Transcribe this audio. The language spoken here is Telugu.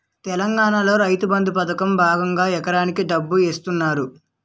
తెలంగాణలో రైతుబంధు పథకం భాగంగా ఎకరానికి ఎంత డబ్బు ఇస్తున్నారు?